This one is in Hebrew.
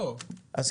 לא, אבל קרוב לליבך.